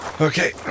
Okay